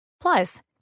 Plus